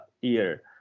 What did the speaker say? year